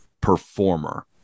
performer